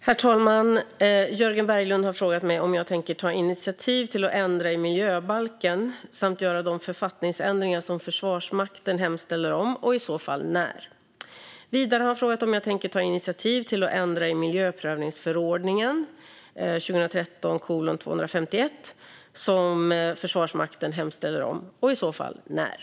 Herr talman! Jörgen Berglund har frågat mig om jag tänker ta initiativ till att ändra i miljöbalken samt göra de författningsändringar som Försvarsmakten hemställer om, och i så fall när. Vidare har han frågat om jag tänker ta initiativ till att ändra i miljöprövningsförordningen som Försvarsmakten hemställer om, och i så fall när.